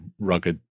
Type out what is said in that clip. rugged